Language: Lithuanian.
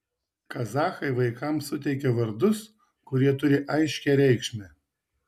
kazachai vaikams suteikia vardus kurie turi aiškią reikšmę